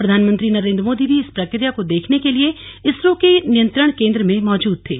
प्रधानमंत्री नरेन्द्र मोदी भी इस प्रक्रिया को देखने के लिए इसरो के नियंत्रण केन्द्र में मौजूद थे